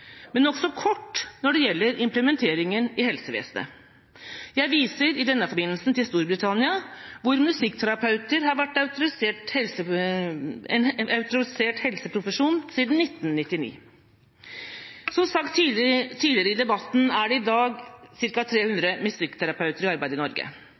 men er kommet nokså kort når det gjelder implementeringen i helsevesenet. Jeg viser i denne forbindelse til Storbritannia, hvor musikkterapeuter har vært en autorisert helseprofesjon siden 1999. Som sagt tidligere i debatten er det i dag ca. 300 musikkterapeuter i arbeid i Norge.